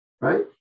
right